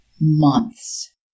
months